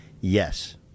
Yes